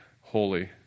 holy